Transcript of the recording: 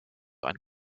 ein